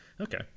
okay